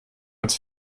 als